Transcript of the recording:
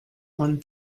won